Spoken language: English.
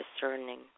discerning